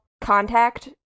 contact